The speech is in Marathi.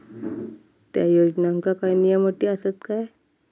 त्या योजनांका काय नियम आणि अटी आसत काय?